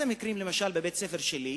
אחד המקרים, למשל, בבית-הספר שלי,